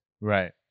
Right